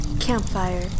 Campfire